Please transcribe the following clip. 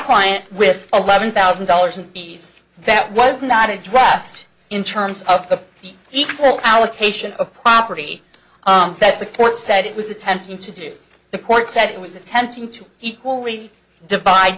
client with eleven thousand dollars in fees that was not a draft in terms of the equal allocation of property that the court said it was attempting to do the court said it was attempting to equally divide